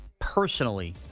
Personally